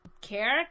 care